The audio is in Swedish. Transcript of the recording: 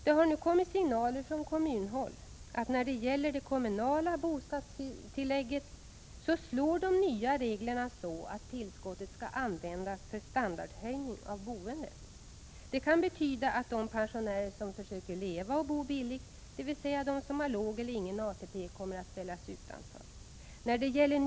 Det har nu kommit signaler från kommunhåll, att när det gäller det kommunala bostadstillägget, slår de nya reglerna så, att tillskottet skall användas för standardhöjning av boendet. Det kan betyda att de pensionärer som försöker leva och bo billigt, dvs. de som har låg eller ingen ATP, kommer att ställas utanför.